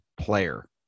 player